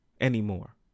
anymore